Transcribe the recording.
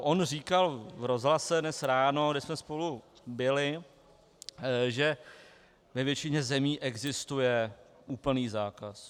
On říkal v rozhlase dnes ráno, kde jsme spolu byli, že ve většině zemí existuje úplný zákaz.